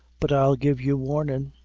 but i'll give you warnin'.